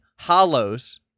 hollows